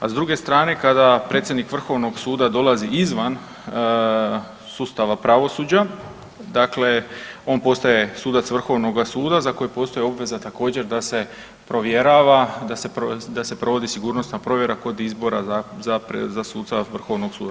A s druge strane kada predsjednik Vrhovnog suda dolazi izvan sustava pravosuđa, dakle on postaje sudac Vrhovnoga suda za koji postoji obveza također da se provjera, da se provodi sigurnosna provjera kod izbora za suca Vrhovnog suda.